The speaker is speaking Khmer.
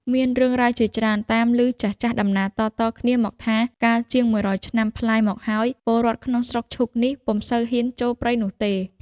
មានរឿងរ៉ាវជាច្រើនតាមឮចាស់ៗតំណាលតៗគ្នាមកថា កាលជាង១០០ឆ្នាំប្លាយមកហើយ ពលរដ្ឋក្នុងស្រុកឈូកនេះ ពុំសូវហ៊ានចូលព្រៃនោះទេ។